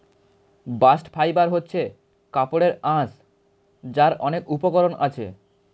bast fibre হচ্ছে কাপড়ের আঁশ যার অনেক উপকরণ আছে